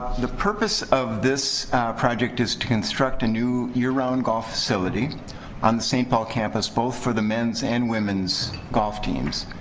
the purpose of this project is to construct a new year round golf facility on the st. paul campus, both for the men's and women's golf teams.